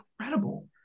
incredible